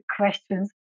questions